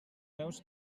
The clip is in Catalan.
veus